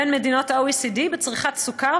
בין מדינות ה-OECD בצריכת סוכר.